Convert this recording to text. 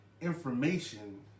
information